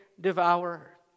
devour